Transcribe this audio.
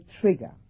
trigger